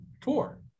tour